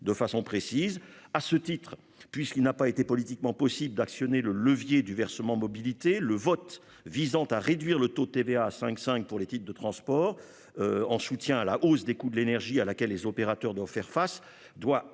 de façon précise à ce titre puisqu'il n'a pas été politiquement possible d'actionner le levier du versement mobilité le vote visant à réduire le taux de TVA à 5 5 pour les titres de transport. En soutien à la hausse des coûts de l'énergie à laquelle les opérateurs doivent faire face doit